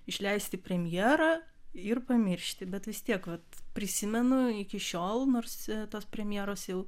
išleisti premjerą ir pamiršti bet vis tiek vat prisimenu iki šiol nors tos premjeros jau